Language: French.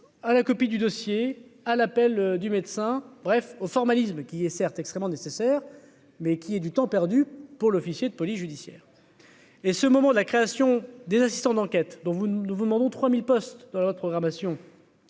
à la copie du dossier à l'appel du médecin, bref au formalisme qui est certes extrêmement nécessaire mais qui est du temps perdu pour l'officier de police judiciaire. Et ce moment la création des assistants d'enquête dont vous nous vous demandons 3000 postes dans la loi de programmation.